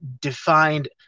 defined